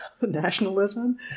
nationalism